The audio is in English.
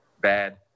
bad